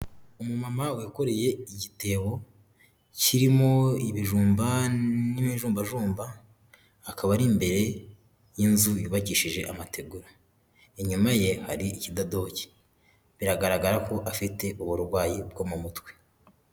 Umumama wikoreye igitebo kirimo ibijumba n'imijumbajumba akaba ari imbere y'inzu yubakishije amategura, inyuma ye hari ikidadoki biragaragara ko afite uburwayi bwo mu mutwe.